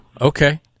Okay